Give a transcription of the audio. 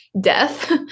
death